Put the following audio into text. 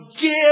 Give